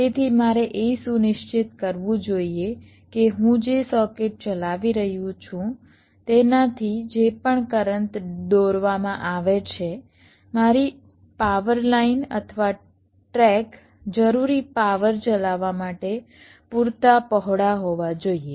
તેથી મારે એ સુનિશ્ચિત કરવું જોઇએ કે હું જે સર્કિટ ચલાવી રહ્યો છું તેનાથી જે પણ કરંટ દોરવામાં આવે છે મારી પાવર લાઈન અથવા ટ્રેક જરૂરી પાવર ચલાવવા માટે પૂરતા પહોળા હોવા જોઈએ